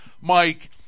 Mike